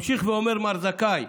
ממשיך ואומר מר זכאי: